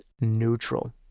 neutral